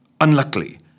Unluckily